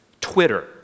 Twitter